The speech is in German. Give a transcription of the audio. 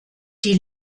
die